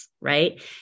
Right